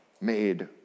made